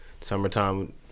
Summertime